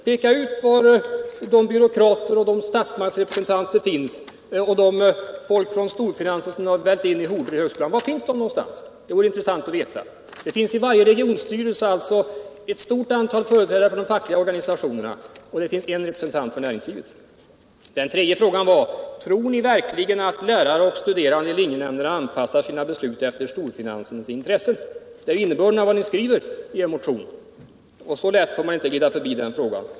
Peka ut var de byråkrater och statsmaktsrepresentanter och företrädare för storfinansen finns som har vällt in 1 högskolan! Det vore intressant att veta. I varje regionstyrelse finns det sex företrädare för de fackliga organisationerna och en representant för näringslivet. För det tredje frågade jag: Tror ni verkligen att lärare och studerande i linjenämnderna anpassar sina beslut efter storfinansens intressen? Det är ju innebörden av vad ni skriver i er motion. Så lätt får man inte glida förbi den frågan.